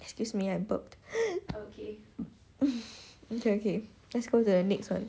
excuse me I burped okay okay okay let's go to the next one